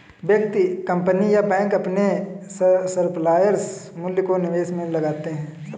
व्यक्ति, कंपनी या बैंक अपने सरप्लस मूल्य को निवेश में लगाते हैं